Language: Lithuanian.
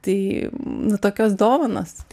tai nu tokios dovanos